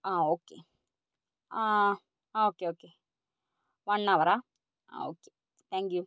ആ ഓക്കേ ആ okay okay വണ്ണവറാ ആ ഓക്കേ താങ്ക് യൂ